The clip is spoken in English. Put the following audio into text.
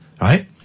right